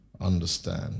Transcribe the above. understand